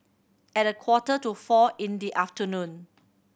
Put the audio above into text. at a quarter to four in the afternoon